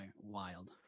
Wild